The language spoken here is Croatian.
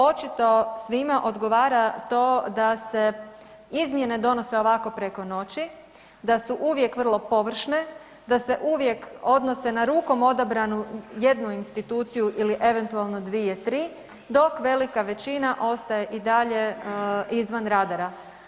Očito svima odgovara to da se izmjene donose ovako preko noći, da su uvijek vrlo površne, da se uvijek odnose na rukom odabranu jednu instituciju ili eventualno dvije, tri dok velika većina ostaje i dalje izvan radara.